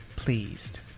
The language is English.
Pleased